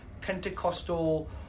Pentecostal